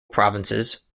provinces